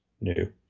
new